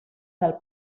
del